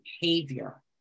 behavior